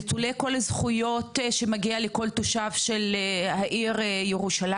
אבל הם נטולי כל זכויות שמגיעות לכל תושב של העיר ירושלים,